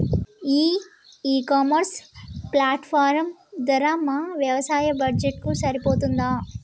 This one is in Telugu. ఈ ఇ కామర్స్ ప్లాట్ఫారం ధర మా వ్యవసాయ బడ్జెట్ కు సరిపోతుందా?